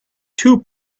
two